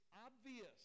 obvious